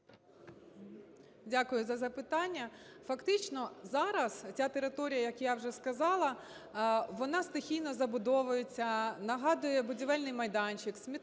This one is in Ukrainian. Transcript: Дякую за запитання. Фактично зараз ця територія, як я вже сказала, вона стихійно забудовується, нагадує будівельний майданчик, смітник.